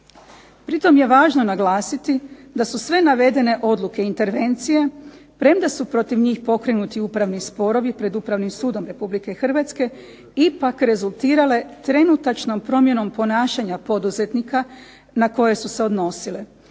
Pritom je važno naglasiti da su sve navedene odluke i intervencije premda su protiv njih pokrenuti upravni sporovi pred Upravnim sudom RH ipak rezultirale trenutačnom promjenom ponašanja poduzetnika na koje su se odnosile.